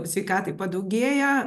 sveikatai padaugėja